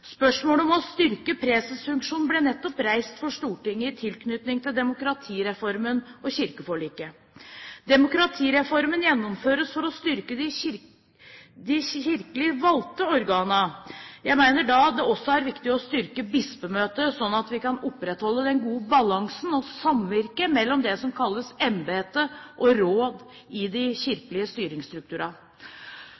Spørsmålet om å styrke presesfunksjonen ble nettopp reist for Stortinget i tilknytning til demokratireformen og kirkeforliket. Demokratireformen gjennomføres for å styrke de valgte kirkelige organene. Jeg mener det også er viktig å styrke Bispemøtet, sånn at vi kan opprettholde den gode balansen og samvirket mellom det som kalles embete og råd i